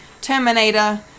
Terminator